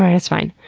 um it's fine.